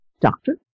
doctor